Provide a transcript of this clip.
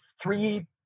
three